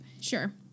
Sure